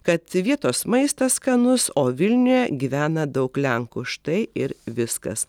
kad vietos maistas skanus o vilniuje gyvena daug lenkų štai ir viskas